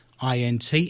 int